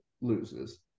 loses